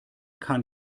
kann